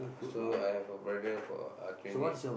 so I have a brother for uh twenty eight